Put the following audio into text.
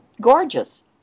gorgeous